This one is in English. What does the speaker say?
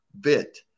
bit